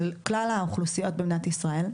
כלל האוכלוסיות במדינת ישראל.